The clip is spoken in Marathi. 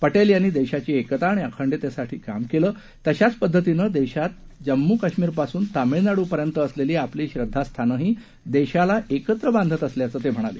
पटेल यांनी देशाची एकता आणि अखंडतेसाठी काम केलं तशाच पद्धतीनं देशात जम्मू कश्मीर पासून तामिळनाडू पर्यंत असलेली आपली श्रद्वास्थानंही देशाला एकत्र बांधत असल्याचं ते म्हणाले